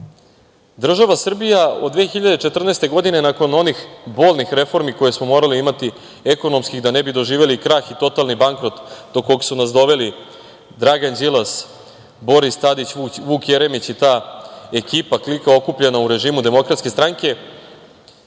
država Srbija od 2014. godine, nakon onih bolnih reformi koje smo morali imati, ekonomskih, da ne bi doživeli krah i totalni bankrot do kog su nas doveli Dragan Đilas, Boris Tadić, Vuk Jeremić i ta ekipa, klika okupljena u režimu Demokratske stranke,